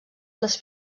les